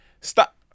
Stop